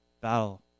battle